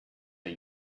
the